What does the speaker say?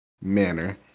manner